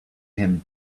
him